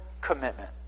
commitment